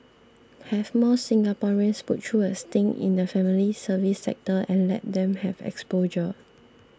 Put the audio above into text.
have more Singaporeans put through a stint in the family service sector and let them have exposure